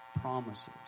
promises